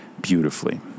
beautifully